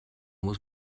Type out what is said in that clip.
muss